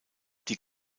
die